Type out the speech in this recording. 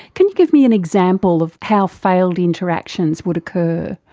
can you give me an example of how failed interactions would occur?